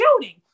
shooting